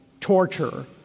torture